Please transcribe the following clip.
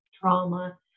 trauma